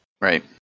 Right